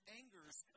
angers